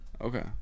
Okay